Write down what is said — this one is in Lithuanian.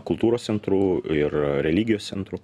kultūros centrų ir religijos centrų